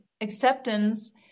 acceptance